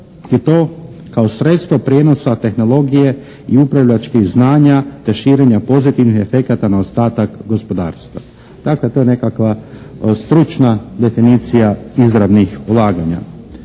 i to kao sredstvo prijenosa tehnologije i upravljačkih znanja, te širenja pozitivnih efekata na ostatak gospodarstva. Dakle, to je nekakva stručna definicija izravnih ulaganja.